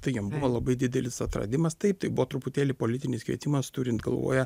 tai jiem buvo labai didelis atradimas taip tai buvo truputėlį politinis kvietimas turint galvoje